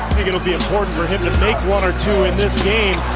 will be important him to make one or two in this game